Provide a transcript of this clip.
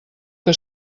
que